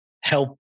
help